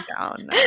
down